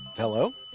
hello?